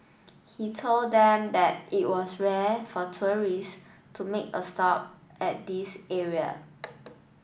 he told them that it was rare for tourists to make a stop at this area